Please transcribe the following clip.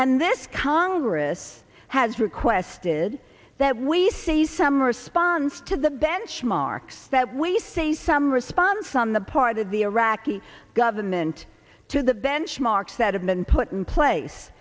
and this congress has requested that we see some response to the benchmarks that we say some response on the part of the iraqi government to the benchmarks that have been put in place